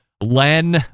Len